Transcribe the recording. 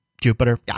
Jupiter